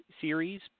series